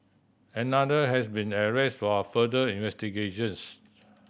another has been arrested for further investigations